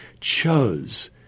chose